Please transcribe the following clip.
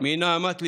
מנהמת ליבי.